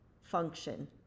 function